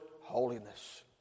holiness